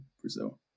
Brazil